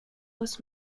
was